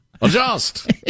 Adjust